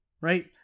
right